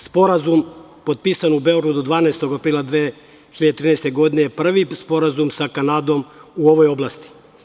Sporazum potpisan u Beogradu 12. aprila 2013. godine, je prvi sporazum sa Kanadom u ovoj oblasti.